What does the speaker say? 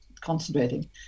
concentrating